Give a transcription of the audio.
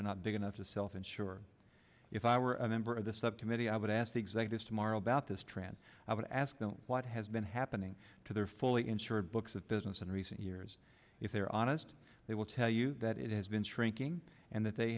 are not big enough to self insure if i were a member of the subcommittee i would ask the executives tomorrow about this trend i would ask them what has been happening to their fully insured books of business in recent years if they're honest they will tell you that it has been shrinking and that they